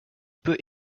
peut